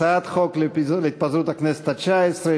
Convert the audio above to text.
הצעת חוק התפזרות הכנסת התשע-עשרה,